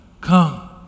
come